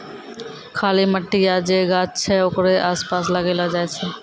खाली मट्टी या जे गाछ छै ओकरे आसपास लगैलो जाय छै